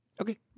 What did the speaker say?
Okay